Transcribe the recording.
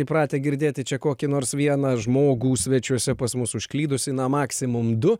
įpratę girdėti čia kokį nors vieną žmogų svečiuose pas mus užklydusį na maksimum du